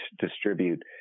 distribute